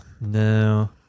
No